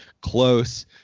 close